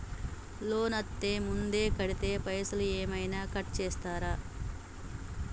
Loan అత్తే ముందే కడితే పైసలు ఏమైనా కట్ చేస్తరా?